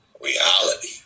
reality